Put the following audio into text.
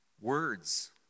words